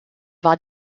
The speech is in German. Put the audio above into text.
war